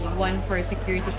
one for securities